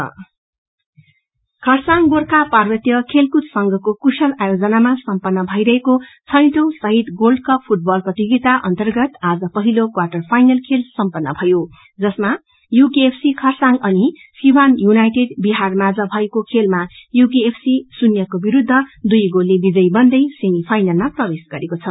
gold cup Kurseong Gorkha पार्वत्य खेलकूद संघको कुशल आयोजनामा सम्पन्न भइरहेको छैंटौ शहदी गोल्ड कप फूटबल प्रतियोगिता अर्न्तगत आज पहिलो क्वाद्वर फाइनल खेल सम्पन्न भयो जसमा यूकेएफसी खरसाङ अनि सिवान यूनाईटेड विहार माझ भएको खेलामा यूकेएफसी शून्यको विरूद्ध दुई गोलले विजयी बन्दै सेमी ुइनलमा प्रवेश गरेको छ